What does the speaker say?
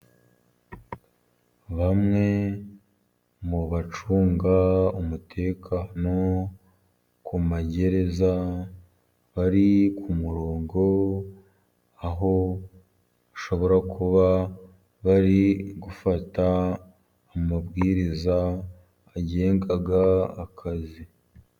Bamwe mu bacunga umutekano ku magereza ,bari ku murongo aho bashobora kuba bari gufata amabwiriza agenga akazi.